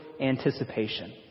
anticipation